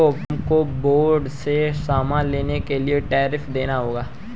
तुमको बॉर्डर से सामान लाने के लिए टैरिफ देना होगा